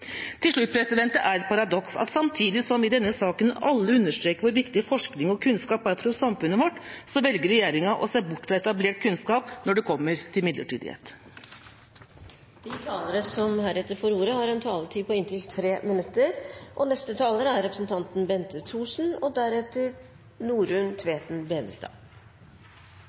Til slutt: Det er et paradoks at samtidig som i denne saken alle understreker hvor viktig forskning og kunnskap er for samfunnet vårt, velger regjeringa å se bort fra etablert kunnskap når det kommer til midlertidighet. De talere som heretter får ordet, har en taletid på inntil 3 minutter. For første gang legger en regjering i Norge fram en langtidsplan for forskning og høyere utdanning som gir næringslivet og